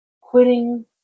Quitting